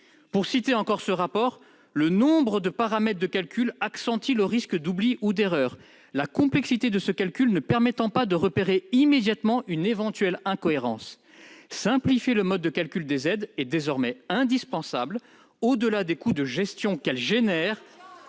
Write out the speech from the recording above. poursuis ma lecture :« Le nombre de paramètres de calcul accentue le risque d'oublis ou d'erreurs, la complexité de ce calcul ne permettant pas de repérer immédiatement une éventuelle incohérence. Simplifier le mode de calcul des aides est désormais indispensable : au-delà des coûts de gestion qu'elle génère,